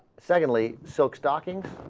suddenly silk stockings